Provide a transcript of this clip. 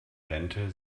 rente